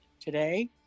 today